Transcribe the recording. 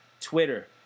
Twitter